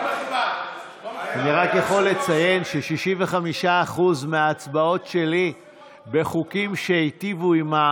אני רק יכול לציין ש-65% מההצבעות שלי בחוקים שהטיבו עם,